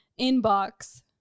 inbox